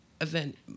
event